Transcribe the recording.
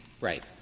Right